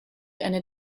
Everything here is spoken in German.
eine